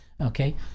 Okay